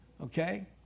Okay